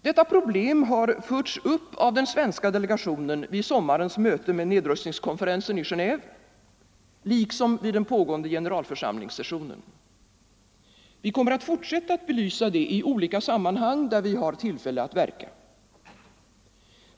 Detta problem har förts upp av den svenska delegationen vid som marens möte med nedrustningskonferensen i Genéve liksom vid den pågående generalförsamlingssessionen. Vi kommer att fortsätta att belysa det i olika sammanhang, där vi har tillfälle att verka.